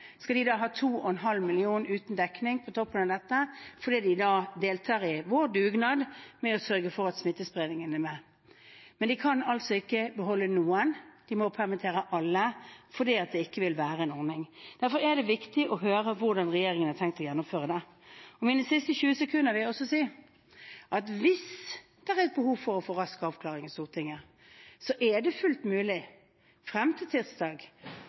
Skal de da ha 2,5 mill. kr uten dekning på toppen av dette, fordi de deltar i dugnaden med å sørge for at smittespredningen begrenses? De kan altså ikke beholde noen; de må permittere alle, fordi ordningen er slik. Derfor er det viktig å få høre hvordan regjeringen har tenkt å gjennomføre dette. Mine siste 20 sekunder vil jeg bruke til å si at hvis det er behov for å få en rask avklaring i Stortinget, er det fullt mulig, frem til